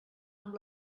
amb